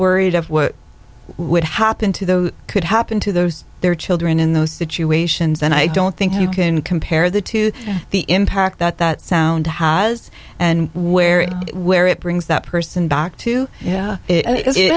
worried of what would happen to those could happen to those their children in those situations and i don't think you can compare that to the impact that that sound has and where it where it brings that person back to